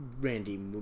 Randy